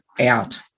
out